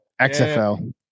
XFL